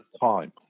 time